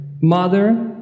mother